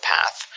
path